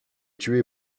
tué